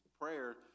prayer